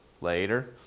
later